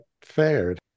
fared